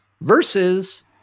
versus